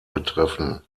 betreffen